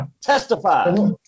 Testify